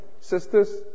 sisters